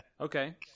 Okay